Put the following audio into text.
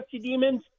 Demons